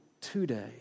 today